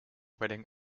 wedding